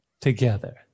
together